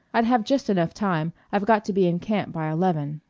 i'd have just enough time. i've got to be in camp by eleven.